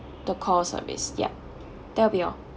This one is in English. the call service yup that will be all